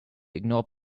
ignore